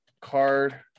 card